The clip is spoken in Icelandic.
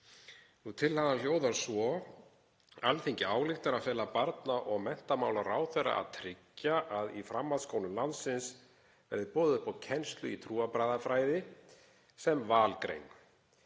Tillagan hljóðar svo: „Alþingi ályktar að fela barna- og menntamálaráðherra að tryggja að í framhaldsskólum landsins verði boðið upp á kennslu í trúarbragðafræði sem valgrein.“